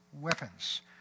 weapons